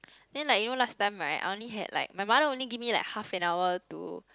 then like you know last time right I only had like my mother only give me like half an hour to